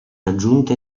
aggiunte